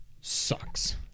sucks